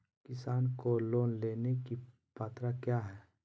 किसान को लोन लेने की पत्रा क्या है?